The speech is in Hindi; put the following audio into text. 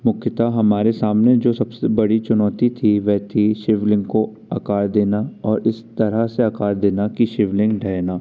मुख्यतः हमारे सामने जो सबसे बड़ी चुनौती थी वह थी शिवलिंग को आकार देना और इस तरह से आकार देना की शिवलिंग ढहे न